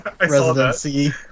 residency